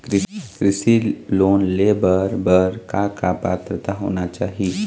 कृषि लोन ले बर बर का का पात्रता होना चाही?